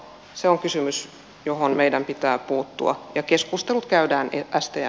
se on kysymys johon meidän pitää puuttua ja keskustelut käydään vilkasta ja